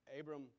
Abram